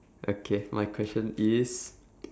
okay my question is